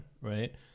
right